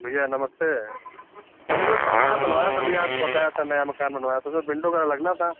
भैया नमस्ते अरे जो मकान बनवाया था भैया आपको बताया था नया मकान बनवाया था उसमें विंडो वग़ैरह लगना था